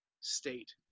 state